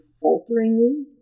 falteringly